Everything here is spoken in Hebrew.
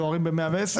דוהרים על 110,